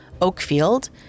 Oakfield